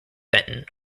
benton